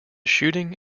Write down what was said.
shooting